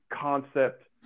concept